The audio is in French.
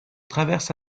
traverse